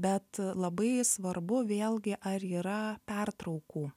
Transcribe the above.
bet labai svarbu vėlgi ar yra pertraukų